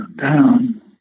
down